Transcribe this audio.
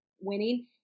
winning